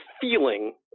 feeling